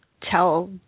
tell